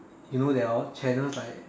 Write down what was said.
you know there are channels like